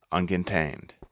Uncontained